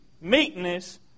meekness